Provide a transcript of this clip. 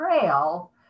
trail